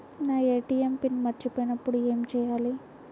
నా ATM PIN మరచిపోయినప్పుడు ఏమి చేయాలి?